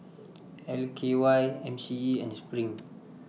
L K Y M C E and SPRING